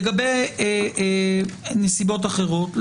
לגבי נסיבות אחרות,